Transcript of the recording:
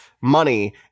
money